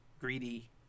greedy